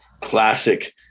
classic